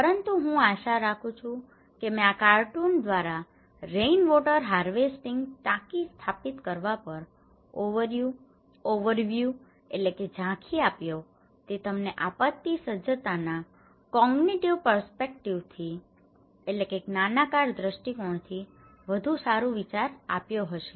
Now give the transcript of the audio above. પરંતુ હું આશા રાખું છું કે મેં આ કાર્ટૂન દ્વારા રેઇન વોટર હાર્વેસ્ટિંગ ટાંકી સ્થાપિત કરવા પર ઓવરવ્યૂ overview ઝાંખી આપ્યો તે તમને આપત્તિ સજ્જતાના કોંગનીટીવ પર્સ્પેક્ટિવથી cognitive perspective જ્ઞાનાકાર દ્રષ્ટિકોણથી વધુ સારો વિચાર આપ્યો હશે